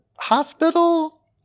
Hospital